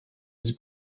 his